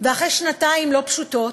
ואחרי שנתיים לא פשוטות,